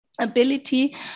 ability